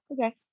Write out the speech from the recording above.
okay